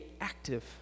active